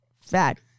fat